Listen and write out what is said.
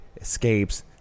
escapes